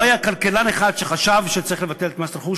לא היה כלכלן אחד באוצר שחשב שצריך לבטל את מס רכוש.